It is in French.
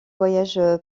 voyage